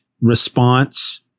response